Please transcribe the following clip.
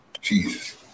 Jesus